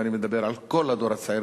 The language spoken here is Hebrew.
ואני מדבר על כל הדור הצעיר,